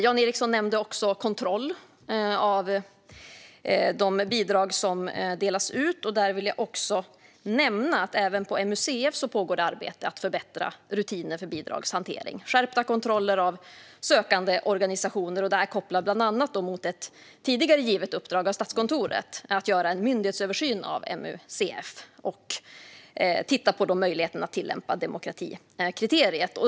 Jan Ericson nämnde också kontroll av de bidrag som delas ut. Där vill jag nämna att även på MUCF pågår det arbete med att förbättra rutiner för bidragshantering, till exempel skärpta kontroller av sökande organisationer. Detta kopplar bland annat mot ett tidigare givet uppdrag av Statskontoret att göra en myndighetsöversyn av MUCF och titta på möjligheten att tillämpa demokratikriteriet.